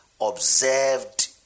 observed